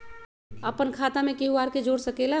अपन खाता मे केहु आर के जोड़ सके ला?